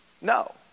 No